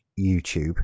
YouTube